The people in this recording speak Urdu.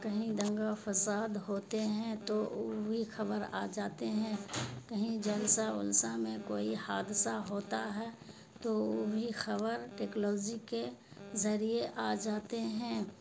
کہیں دنگا فساد ہوتے ہیں تو او وی خبر آ جاتے ہیں کہیں جلسہ اولسہ میں کوئی حادثہ ہوتا ہے تو وہ بھی خبر ٹیکلوزی کے ذریعے آ جاتے ہیں